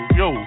yo